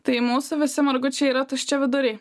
tai mūsų visi margučiai yra tuščiaviduriai